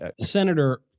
Senator